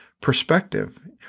perspective